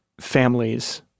families